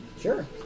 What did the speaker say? Sure